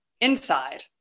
inside